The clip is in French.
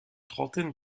trentaine